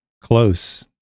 close